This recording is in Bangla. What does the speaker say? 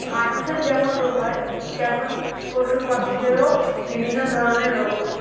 মানুষের যেমন রোগ হয় তেমন পশু পাখিদেরও বিভিন্ন ধরনের রোগ হয়